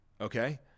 Okay